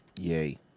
yay